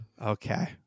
Okay